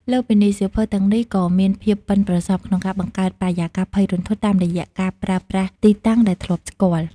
លើសពីនេះ សៀវភៅទាំងនេះក៏មានភាពប៉ិនប្រសប់ក្នុងការបង្កើតបរិយាកាសភ័យរន្ធត់តាមរយៈការប្រើប្រាស់ទីតាំងដែលធ្លាប់ស្គាល់។